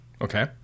Okay